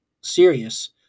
serious